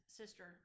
sister